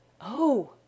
Oh